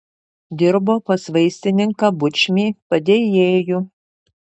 dirbo pas vaistininką bučmį padėjėju